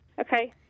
Okay